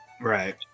Right